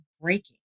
breaking